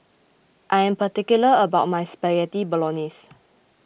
I am particular about my Spaghetti Bolognese